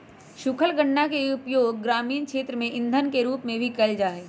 सूखल गन्ना के उपयोग ग्रामीण क्षेत्र में इंधन के रूप में भी कइल जाहई